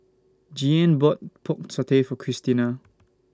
Jeannine bought Pork Satay For Cristina